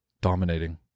dominating